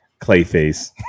Clayface